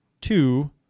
two